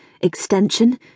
extension